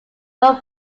were